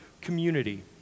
community